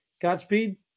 Godspeed